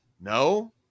No